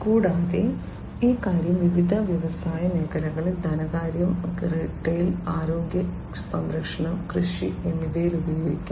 കൂടാതെ ഈ കാര്യം വിവിധ വ്യവസായ മേഖലകളിൽ ധനകാര്യം റീട്ടെയിൽ ആരോഗ്യ സംരക്ഷണം കൃഷി എന്നിവയിൽ ഉപയോഗിക്കാം